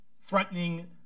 threatening